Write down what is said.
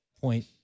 point